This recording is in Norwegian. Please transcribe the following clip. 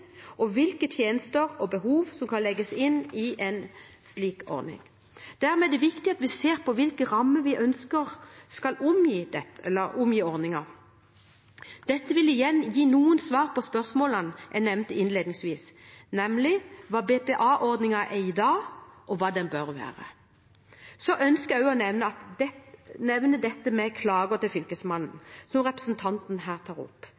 og hvilke tjenester og behov som kan legges inn i en slik ordning. Dermed er det viktig at vi ser på hvilke rammer vi ønsker skal omgi ordningen. Dette vil igjen gi noen svar på spørsmålene jeg nevnte innledningsvis, nemlig hva BPA-ordningen er i dag, og hva den bør være. Så ønsker jeg også å nevne dette med klager til Fylkesmannen, som representanten her tar opp.